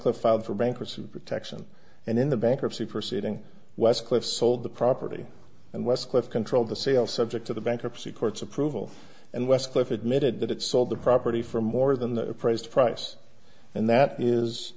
westcliff filed for bankruptcy protection and in the bankruptcy proceeding westcliff sold the property and westcliff controlled the sale subject to the bankruptcy courts approval and westcliff admitted that it sold the property for more than the appraised price and that is